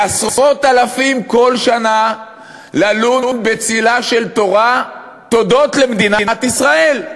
לעשרות אלפים כל שנה ללון בצלה של תורה הודות למדינת ישראל.